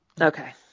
okay